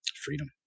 Freedom